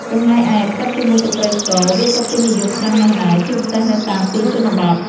ចំណែកឯ ខ្វិតជាមួយទឹកត្រីស្ករវាក៏ពេញនិយមខ្លាំងណស់ដែរ ជាពិសេសនៅតាមទីជនបទ។